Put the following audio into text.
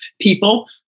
people